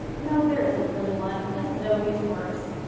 no there isn't really one. just know these words.